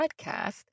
podcast